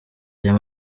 ayo